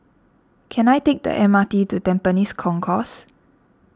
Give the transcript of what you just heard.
can I take the M R T to Tampines Concourse